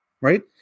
right